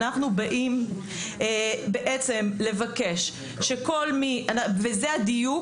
אנחנו באים בעצם לבקש שכול מי וזה הדיוק,